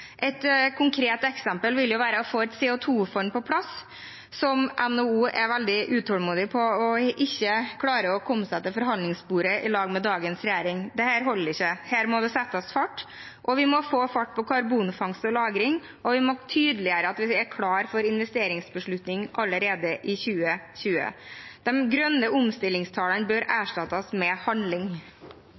Et konkret eksempel vil være å få et CO 2 -fond på plass, som NHO er veldig utålmodig etter, og som de ikke klarer å komme seg til forhandlingsbordet om, i lag med dagens regjering. Dette holder ikke. Her må det settes fart. Vi må få fart på karbonfangst og -lagring, og vi må tydeliggjøre at vi er klare for investeringsbeslutning allerede i 2020. De grønne omstillingstalene bør erstattes med handling.